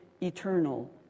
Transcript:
eternal